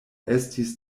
estis